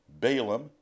Balaam